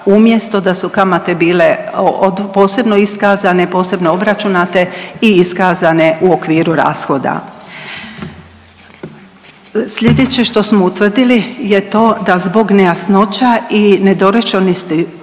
umjesto da su kamate bile od, posebno iskazane, posebno obračunate i iskazane u okviru rashoda. Sljedeće što smo utvrditi je to da zbog nejasnoća i nedorečenosti